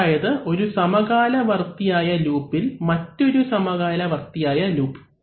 അതായത് ഒരു സമകാലവർത്തിയായ ലൂപിൽ മറ്റൊരു സമകാലവർത്തിയായ ലൂപ്പ്